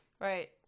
right